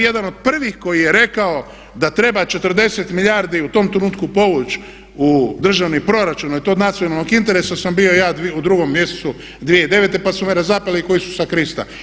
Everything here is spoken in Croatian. Jedan od prvih koji je rekao da treba 40 milijardi u tom trenutku povući u državni proračun jer je to od nacionalnog interesa sam bio ja u 2. mjesecu 2009. pa su me razapeli ko Isusa Krista.